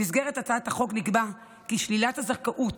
במסגרת הצעת החוק נקבע כי שלילת הזכאות